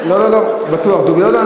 לא לא לא, בטוח, "דובי לאלא".